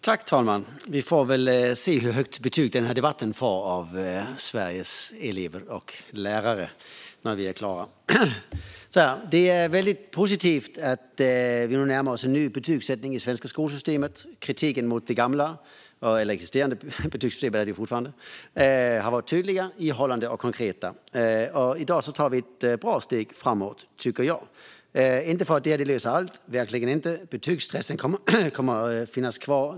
Fru talman! Vi får se hur högt betyg den här debatten får av Sveriges elever och lärare när vi är klara. Det är positivt att vi nu närmar oss en ny betygssättning i det svenska skolsystemet. Kritiken mot det existerande betygssystemet har varit tydlig, ihållande och konkret. I dag tar vi ett bra steg framåt, tycker jag. Det löser dock verkligen inte allt. Betygsstressen kommer att finnas kvar.